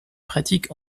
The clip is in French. pratiques